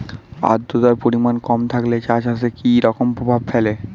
আদ্রতার পরিমাণ কম থাকলে চা চাষে কি রকম প্রভাব ফেলে?